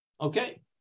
Okay